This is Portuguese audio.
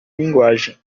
linguagem